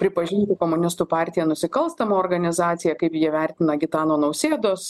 pripažintų komunistų partiją nusikalstama organizacija kaip jie vertina gitano nausėdos